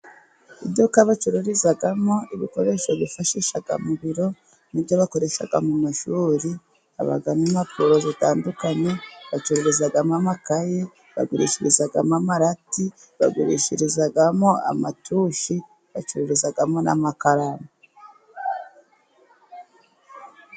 Iduka bacururizamo ibikoresho bifashisha mu biro, n'ibyo bakoresha mu mashuri habamo: impapuro, zitandukanye bacururigamo amakaye, bagurishirizamo amarati, bagurishirizamo amatushi, bacururizamo n'amakaramu.